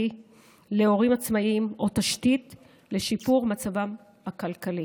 להורים עצמאיים או תשתית לשיפור מצבם הכלכלי,